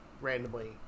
randomly